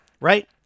Right